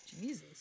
Jesus